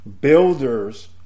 builders